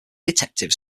detective